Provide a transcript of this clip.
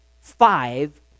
five